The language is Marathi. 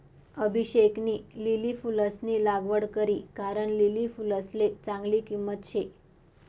अभिषेकनी लिली फुलंसनी लागवड करी कारण लिली फुलसले चांगली किंमत शे